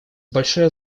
большой